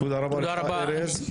תודה רבה ארז.